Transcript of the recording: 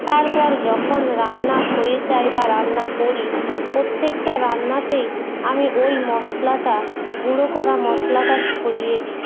তারপর যখন রান্না হয়ে যায় বা রান্না করি প্রত্যেকটা রান্নাতেই আমি ওই মশলাটা গুঁড়ো করা মশলাটা ছড়িয়ে দিই